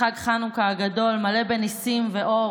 חג חנוכה הגדול מלא בניסים ובאור.